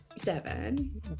Devin